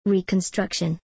Reconstruction